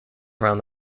around